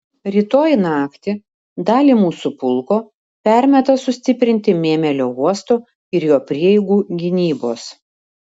rytoj naktį dalį mūsų pulko permeta sustiprinti mėmelio uosto ir jo prieigų gynybos